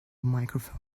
microphone